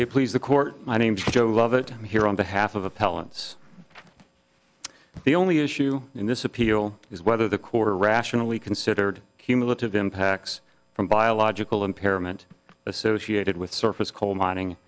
may please the court my name is joe love it here on behalf of appellants the only issue in this appeal is whether the court or rationally considered cumulative impacts from biological impairment associated with surface coal mining